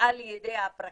על ידי הפרקליטות,